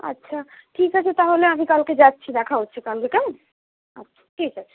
আচ্ছা ঠিক আছে তাহলে আমি কালকে যাচ্ছি দেখা হচ্ছে কালকে কেমন আচ্ছা ঠিক আছে